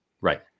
Right